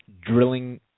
drilling